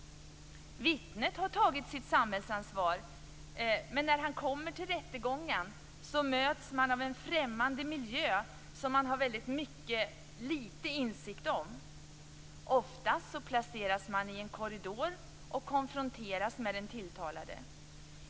Vittnet har tagit sitt samhällsansvar, men när man kommer till rättegången möts man av en främmande miljö, som man har mycket lite insikt om. Ofta placeras man i en korridor och konfronteras med den tilltalade.